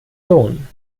sohn